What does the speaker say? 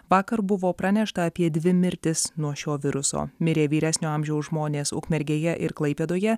vakar buvo pranešta apie dvi mirtis nuo šio viruso mirė vyresnio amžiaus žmonės ukmergėje ir klaipėdoje